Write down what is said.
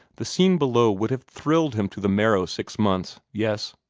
the scene below would have thrilled him to the marrow six months yes,